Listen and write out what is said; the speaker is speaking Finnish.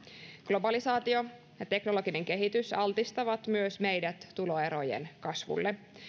globalisaatio ja teknologinen kehitys altistavat myös meidät tuloerojen kasvulle